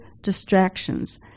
distractions